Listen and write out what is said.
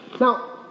Now